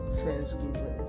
thanksgiving